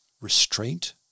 restraint